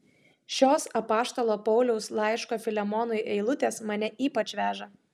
šios apaštalo pauliaus laiško filemonui eilutės mane ypač veža